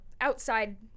outside